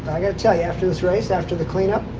i got to tell you, after this race, after the clean up